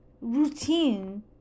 Routine